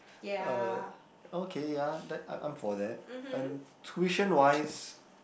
uh okay ya then I'm armed for that and tuition wise